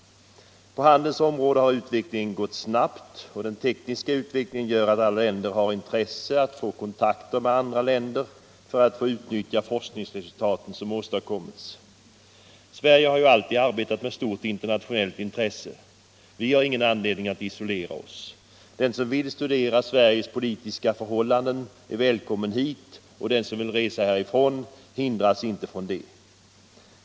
På handelns område har utvecklingen gått snabbt. Den tekniska utvecklingen gör att alla länder har intresse av att få kontakter med andra länder för att få nytta av de forskningsresultat som åstadkommits. Sverige har alltid arbetat med stort internationellt intresse. Vi har ingen anledning att isolera oss. Den som vill studera Sveriges politiska förhållanden är välkommen hit, och den som vill resa härifrån hindras inte.